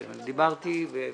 אני דיברתי וכתבתי.